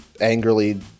angrily